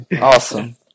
awesome